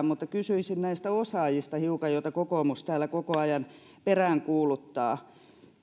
mutta kysyisin hiukan näistä osaajista joita kokoomus täällä koko ajan peräänkuuluttaa